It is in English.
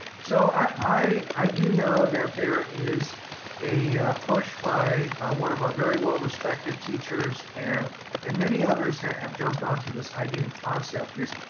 so i do know that there is a push by one of our very well respected teachers and and many others have jumped onto this idea and concept is,